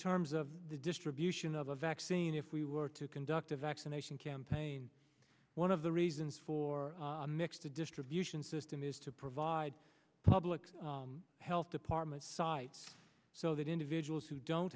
terms of the distribution of a vaccine if we were to conduct a vaccination campaign one of the reasons for a mix the distribution system is to provide public health sites so that individuals who don't